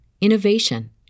innovation